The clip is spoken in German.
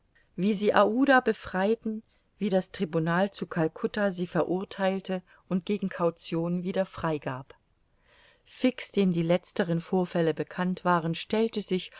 wie sie aouda befreiten wie das tribunal zu calcutta sie verurtheilte und gegen caution wieder frei gab fix dem die letzteren vorfälle bekannt waren stellte sich